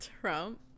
Trump